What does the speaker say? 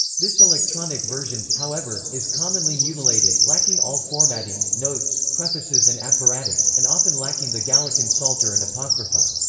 this electronic version, however, is commonly mutilated, lacking all formatting, notes, prefaces and apparatus, and often lacking the gallican psalter and apocrypha.